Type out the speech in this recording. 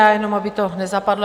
Já jenom aby to nezapadlo.